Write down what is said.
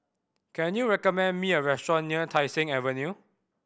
can you recommend me a restaurant near Tai Seng Avenue